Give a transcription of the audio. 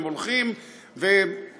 הם הולכם וחוגגים.